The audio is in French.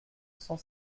cent